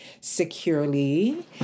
securely